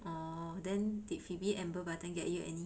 oh then did Phoebe Amber Button get you any